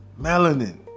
Melanin